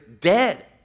dead